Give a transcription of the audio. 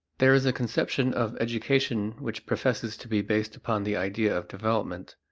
there is a conception of education which professes to be based upon the idea of development.